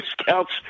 scouts